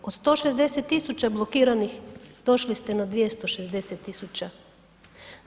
Od 160 000 blokiranih došli ste na 260 000.